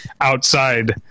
outside